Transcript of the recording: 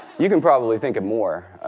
you can probably think of more.